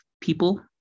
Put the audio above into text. people